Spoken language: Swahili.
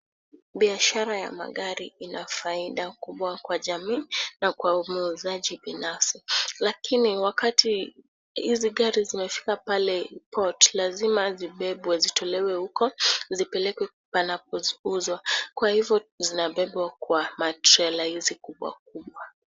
Biashara ya magari ina faida kubwa kwa jamii na kwa muuzaji binafsi, lakini wakati hizi gari zinashuka pale port lazma zibebwe zitolewe huko panapouzwa penye zinauzwa kwa hivyo zinabebwa kwa matrela hizi kubwa kubwa.